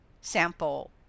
sample